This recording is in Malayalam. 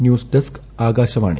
news desk Akashvani